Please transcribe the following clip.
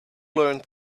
learned